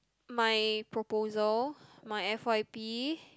my proposal my f_y_p